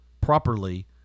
properly